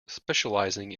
specialising